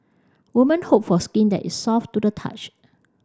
women hope for skin that is soft to the touch